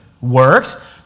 works